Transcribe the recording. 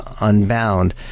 Unbound